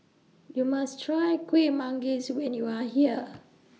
YOU must Try Kueh Manggis when YOU Are here